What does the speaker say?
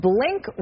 Blink